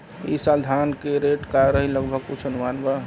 ई साल धान के रेट का रही लगभग कुछ अनुमान बा?